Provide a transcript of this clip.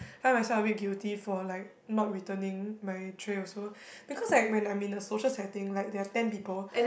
find myself a bit guilty for like not returning my tray also because like when I'm in a social setting like there are ten people